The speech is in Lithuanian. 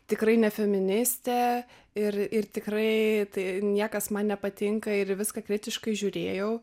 tikrai ne feministė ir ir tikrai tai niekas man nepatinka ir viską kritiškai žiūrėjau